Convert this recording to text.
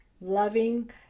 loving